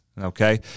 Okay